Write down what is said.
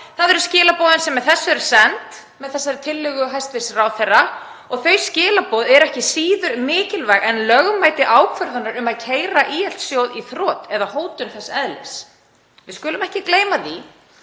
Það eru skilaboðin sem með þessu eru send, með þessari tillögu hæstv. ráðherra og þau skilaboð eru ekki síður mikilvæg en lögmæti ákvörðunar um að keyra ÍL-sjóð í þrot eða hótun þess eðlis. Við skulum ekki gleyma því